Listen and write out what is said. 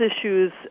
issues